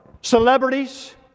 celebrities